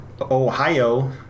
Ohio